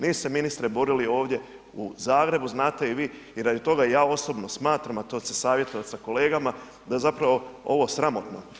Nisu se ministre borili ovdje u Zagrebu, znate i vi i radi toga ja osobno smatram, a to ću se savjetovati sa kolegama da je zapravo ovo sramotno.